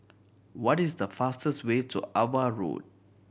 what is the fastest way to Ava Road